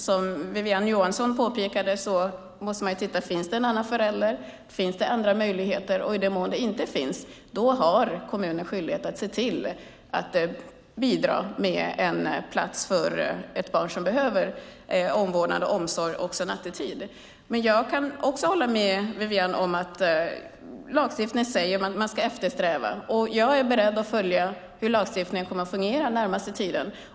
Som Wiwi-Anne Johansson påpekade måste man titta på om det finns en annan förälder eller andra möjligheter. I den mån det inte finns har kommunen skyldighet att bidra med en plats för ett barn som behöver omvårdnad och omsorg också nattetid. Jag kan hålla med Wiwi-Anne om att lagstiftningen säger att man ska eftersträva. Jag är beredd att följa hur lagstiftningen kommer att fungera den närmaste tiden.